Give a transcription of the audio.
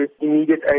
immediate